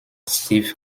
steve